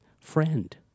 friend